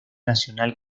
nacional